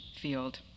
field